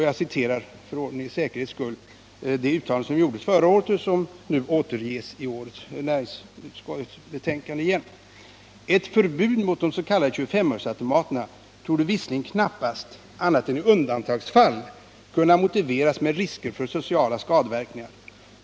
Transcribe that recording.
Jag citerar för säkerhets skull det uttalande som gjordes förra året och som återges i det nu föreliggande betänkandet från näringsutskottet: ”Ett förbud mot des.k. 25-öresautomaterna torde visserligen knappast annat än i undantagsfall — kunna motiveras med risker för sociala skadeverkningar.